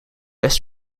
best